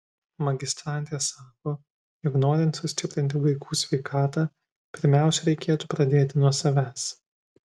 magistrantė sako jog norint sustiprinti vaikų sveikatą pirmiausia reikėtų pradėti nuo savęs